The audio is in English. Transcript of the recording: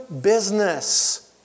business